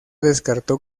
descartó